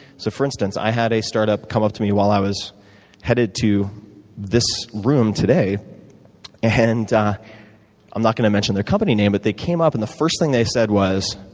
so, for instance, i had a startup come up to me while i was headed to this room today and i'm not going to mention their company name but they came up and the first thing they said was,